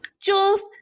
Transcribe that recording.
Jules